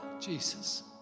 Jesus